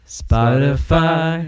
spotify